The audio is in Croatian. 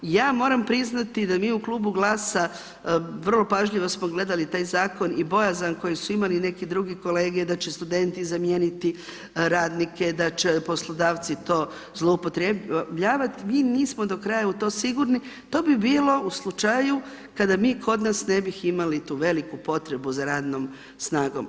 Ja moram priznati da mi u klubu GLASA-a vrlo pažljivo smo gledali taj zakon i bojazan koji su imali i neki drugi kolege, da će studenti zamijeniti radnike, da će poslodavci to zloupotrjebljavati, mi nismo do kraja u to sigurni, to bi bilo u slučaju kada mi kod nas ne bi imali tu veliku potrebu za radnom snagom.